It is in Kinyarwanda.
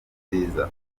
nziza